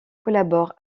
collabore